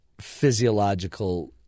physiological